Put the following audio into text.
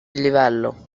livello